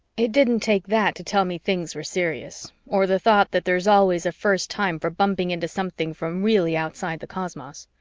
it didn't take that to tell me things were serious, or the thought that there's always a first time for bumping into something from really outside the cosmos.